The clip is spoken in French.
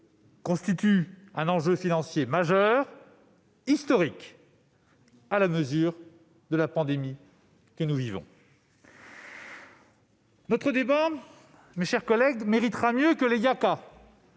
et un enjeu financier majeur, à la mesure de la pandémie que nous vivons. Notre débat, mes chers collègues, mérite mieux que des «